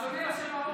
אדוני היושב-ראש,